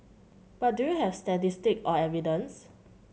but do you have statistics or evidence